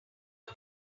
one